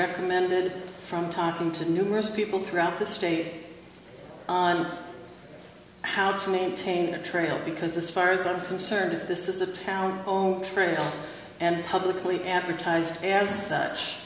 recommended from talking to numerous people throughout the state on how to maintain a trail because this far as i'm concerned if this is a town own experience and publicly advertised as such